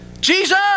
Jesus